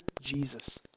Jesus